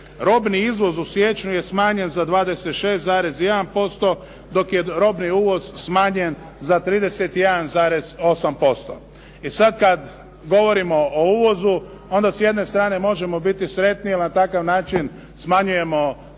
Robni izvoz u siječnju je smanjen za 26,1% dok je robni uvoz smanjen za 31,8%. I sad kad govorimo o uvozu onda s jedne strane možemo biti sretni jer na takav način smanjujemo